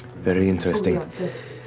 very interesting.